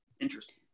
interesting